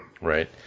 right